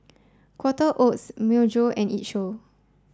Quaker Oats Myojo and it Show